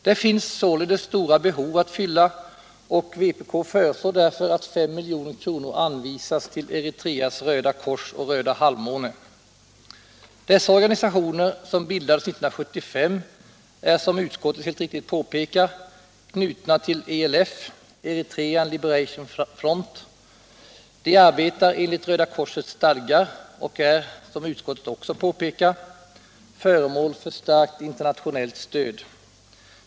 Det finns således stora behov att fylla, och vpk föreslår därför att 5 milj.kr. anvisas till Eritreas Röda kors och Röda halvmåne. Dessa organisationer, som bildades 1975, är som utskottet helt riktigt påpekar knutna till ELF, Eritrean Liberation Front. De arbetar enligt Röda korsets stadgar och är, som utskottet också påpekar, föremål för starkt internationellt stöd.